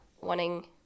wanting